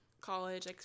college